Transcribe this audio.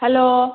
hello